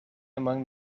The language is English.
among